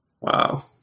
Wow